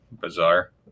bizarre